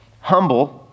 Humble